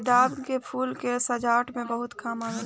गेंदा के फूल के सजावट में बहुत काम आवेला